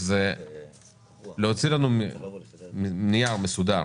זה להוציא לנו נייר מסודר